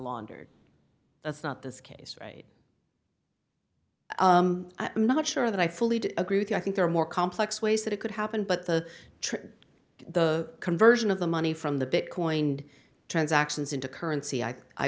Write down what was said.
laundered that's not this case right i'm not sure that i fully agree with you i think there are more complex ways that it could happen but the trick the conversion of the money from the bit coined transactions into currency i